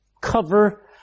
cover